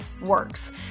works